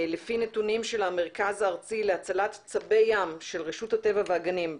לפי נתונים של המרכז הארצי להצלת צבי ים של רשות הטבע והגנים,